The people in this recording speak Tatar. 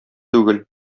түгел